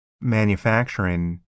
manufacturing